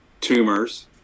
tumors